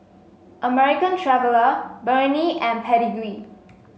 American Traveller Burnie and Pedigree